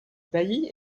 bailli